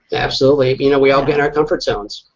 absolutely. you know we all get in our comfort zones.